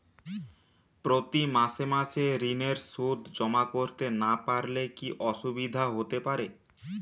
প্রতি মাসে মাসে ঋণের সুদ জমা করতে না পারলে কি অসুবিধা হতে পারে?